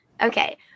Okay